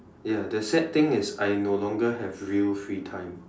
ya the sad thing is I no longer have real free time